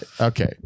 Okay